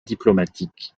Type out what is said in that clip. diplomatiques